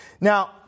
Now